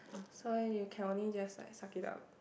so you can only just like suck it up